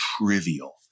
trivial